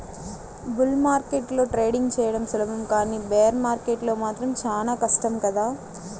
bull మార్కెట్లో trading చెయ్యడం సులభం కానీ బేర్ మార్కెట్లో మాత్రం చానా కష్టం కదా